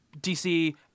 DC